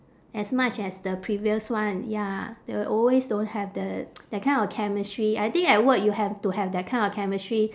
as much as the previous one ya they always don't have that that kind of chemistry I think at work you have to have that kind of chemistry